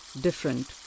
different